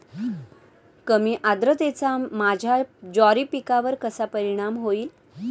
कमी आर्द्रतेचा माझ्या ज्वारी पिकावर कसा परिणाम होईल?